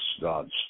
God's